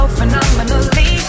phenomenally